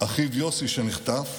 אחיו יוסי שנחטף,